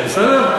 בסדר?